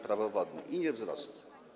Prawo wodne i nie wzrosną.